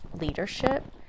leadership